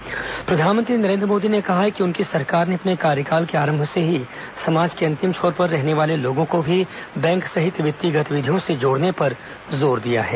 प्रधानमंत्री वित्तीय समावेशन प्रधानमंत्री नरेन्द्र मोदी ने कहा है कि उनकी सरकार ने अपने कार्यकाल के आरम्भ से ही समाज के अंतिम छोर पर रहने वाले लोगों को भी बैंक सहित वित्तीय गतिविधियों से जोडने पर जोर दिया है